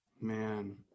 Man